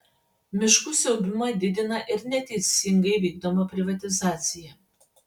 miškų siaubimą didina ir neteisingai vykdoma privatizacija